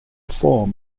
form